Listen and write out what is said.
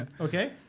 Okay